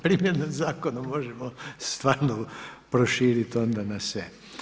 Primjenu zakona možemo stvarno proširiti onda na sve.